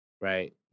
right